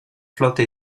flotta